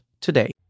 today